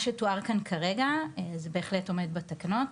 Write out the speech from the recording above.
שתואר כאן כרגע זה בהחלט עומד בתקנות,